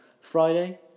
Friday